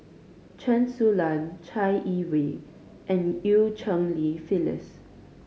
Chen Su Lan Chai Yee Wei and Eu Cheng Li Phyllis